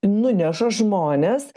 nuneša žmones